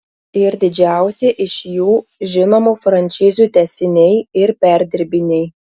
ir didžiausi iš jų žinomų frančizių tęsiniai ir perdirbiniai